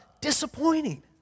disappointing